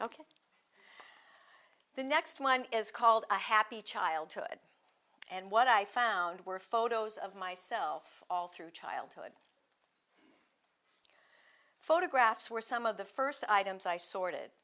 ok the next one is called a happy childhood and what i found were photos of myself all through childhood photographs were some of the first items i sorted